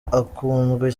akunzwe